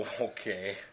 Okay